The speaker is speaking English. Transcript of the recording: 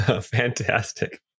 Fantastic